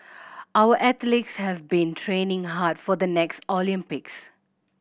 our athletes have been training hard for the next Olympics